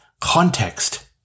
Context